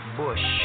bush